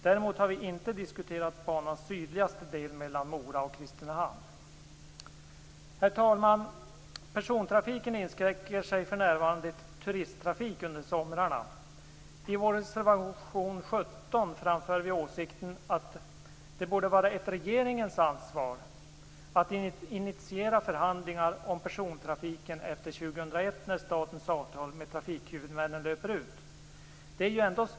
Däremot har vi inte diskuterat banans sydligaste del mellan Mora och Kristinehamn. Herr talman! Persontrafiken inskränker sig för närvarande till turisttrafik under somrarna. I reservation 17 framför vi åsikten att det borde vara regeringens ansvar att initiera förhandlingar om persontrafiken efter år 2001, när statens avtal med trafikhuvudmännen löper ut.